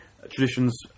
traditions